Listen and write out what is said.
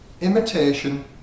imitation